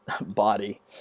body